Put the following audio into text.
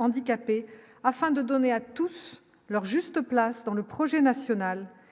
handicapé, afin de donner à tous leur juste place dans le projet national